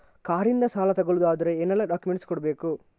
Car ಇಂದ ಸಾಲ ತಗೊಳುದಾದ್ರೆ ಏನೆಲ್ಲ ಡಾಕ್ಯುಮೆಂಟ್ಸ್ ಕೊಡ್ಬೇಕು?